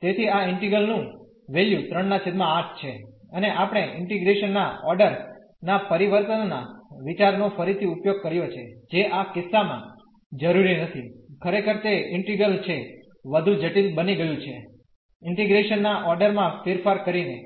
તેથી આ ઇન્ટિગ્રલ નું વેલ્યુ 38 છે અને આપણે ઇન્ટીગ્રેશન ના ઓર્ડર ના પરિવર્તનના વિચારનો ફરીથી ઉપયોગ કર્યો છે જે આ કિસ્સામાં જરૂરી નથી ખરેખર તે ઇન્ટિગ્રલ છે વધુ જટિલ બની ગયું છે ઇન્ટીગ્રેશન ના ઓર્ડરમાં ફેરફાર કરીને